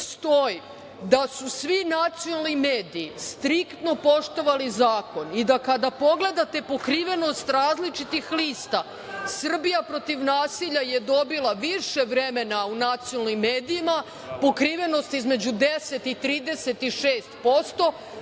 stoji da su svi nacionalni mediji striktno poštovali zakon i kada pogledate pokrivenost različitih lista SRBIJA PROTIV NASILjA je dobila više vremena u nacionalnim medijima, pokrivenost između 10 i 36%